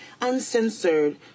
Uncensored